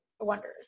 Wonders